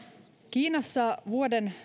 kiinassa vuoden